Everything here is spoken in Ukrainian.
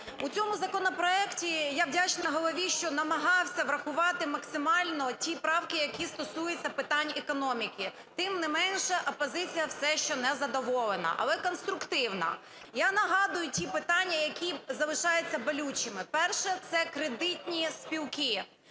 В цьому законопроекті - я вдячна Голові, що намагався врахувати максимально ті правки, які стосуються питань економіки, - тим не менше, опозиція все ще не задоволена, але конструктивна. Я нагадую ті питання, які залишаються болючими. Перше – це кредитні спілки.